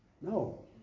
No